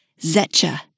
Zetcha